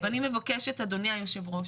אני מבקשת אדוני היושב-ראש,